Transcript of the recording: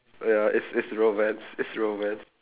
ya it's it's romance it's romance